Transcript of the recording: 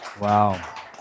Wow